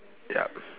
ya